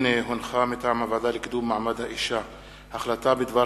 החלטת הוועדה לקידום מעמד האשה בדבר